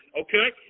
Okay